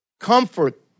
comfort